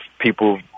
people